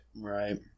Right